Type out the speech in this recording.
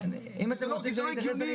אם אתם רוצים שאני אתייחס אני אתייחס.